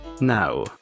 now